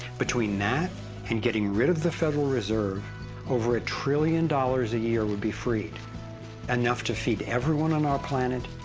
between that and getting rid of the federal reserve over a trillion dollars a year would be freed enough to feed everyone on our planet,